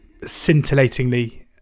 scintillatingly